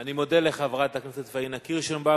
אני מודה לחברת הכנסת פאינה קירשנבאום.